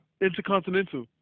Intercontinental